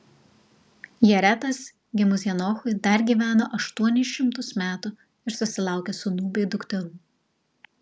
jaretas gimus henochui dar gyveno aštuonis šimtus metų ir susilaukė sūnų bei dukterų